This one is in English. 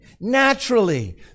naturally